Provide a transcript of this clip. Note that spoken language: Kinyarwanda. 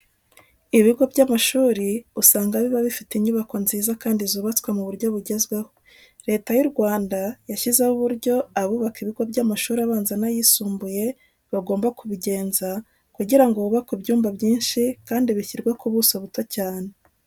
Ibigo by'amashuri usanga biba bifite inyubako nziza kandi zubatswe mu buryo bugezweho. Leta y'u Rwanda yashyizeho uburyo abubaka ibigo by'amashuri abanza n'ayisumbuye bagomba kubigenza kugira ngo hubakwe ibyumba byinshi kandi bishyirwe ku buso buto cyane.